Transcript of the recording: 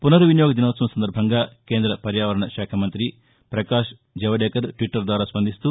పునర్వినియోగ దినోత్సవం సందర్భంగా కేంద్ర పర్యావరణ శాఖ మంత్రి ప్రపకాష్ జవదేకర్ ట్విట్టర్ ద్వారా స్పందిస్తూ